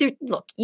look